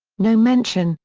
no mention,